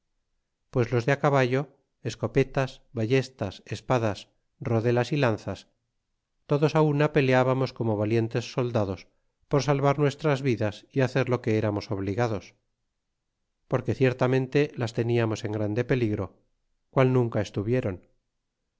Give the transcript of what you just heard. pues los de á caballo escopetas ballestas espadas redelas y lanzas todos una peleábamos como valientes soldados por salvar nuestras vidas y hacer lo que eramos obligados porque ciertamente las teniamos en grande peligro qual n'iraca estuvieron